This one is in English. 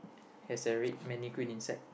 has a red mannequin inside